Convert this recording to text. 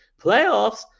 Playoffs